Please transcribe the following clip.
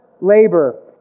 labor